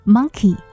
Monkey